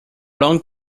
long